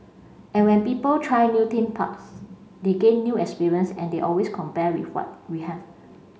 and when people try new theme parks they gain new experience and they always compare with what we have